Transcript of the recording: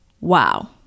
wow